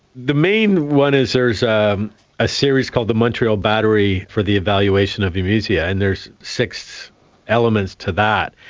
the main one is there's um a series called the montreal battery for the evaluation of amusia, and there's six elements to that.